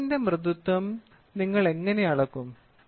ചർമ്മത്തിന്റെ മൃദുത്വം നിങ്ങൾ എങ്ങനെ അളക്കും